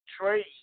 trade